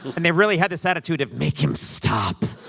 and they really had this attitude of, make him stop.